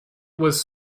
was